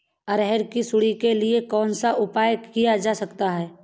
अरहर की सुंडी के लिए कौन सा उपाय किया जा सकता है?